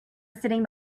sitting